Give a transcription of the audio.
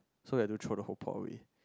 so they do throw the Polly